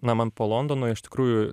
na man po londono iš tikrųjų